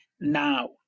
now